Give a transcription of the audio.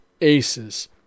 aces